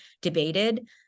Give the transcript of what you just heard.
debated